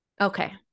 Okay